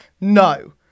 No